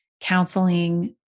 counseling